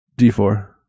d4